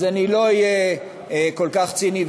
אז אני לא אהיה כל כך ציני,